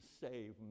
save